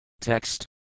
Text